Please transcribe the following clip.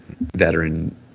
veteran